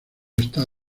está